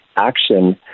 action